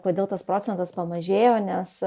kodėl tas procentas pamažėjo nes